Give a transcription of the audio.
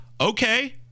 okay